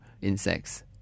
insects